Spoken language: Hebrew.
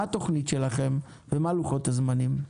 מה התוכנית שלכם ומה לוחות הזמנים?